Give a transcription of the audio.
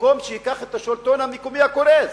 שבמקום לקחת את השלטון המקומי הקורס,